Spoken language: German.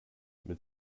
mit